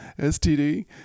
std